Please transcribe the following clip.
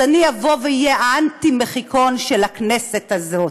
אז אני אהיה האנטי-מחיקון של הכנסת הזאת.